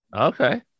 okay